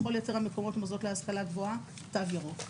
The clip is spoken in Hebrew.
בכל יתר המקומות, מוסדות להשכלה גבוהה תו ירוק.